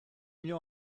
mieux